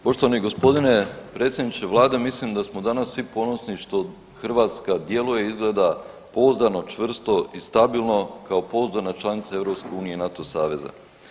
Poštovani gospodine predsjedniče vlade mislim da smo danas svi ponosni što Hrvatska djeluje i izgleda pouzdano, čvrsto i stabilno kao pouzdana članica EU i NATO saveza.